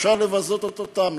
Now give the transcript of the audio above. אפשר לבזות אותם,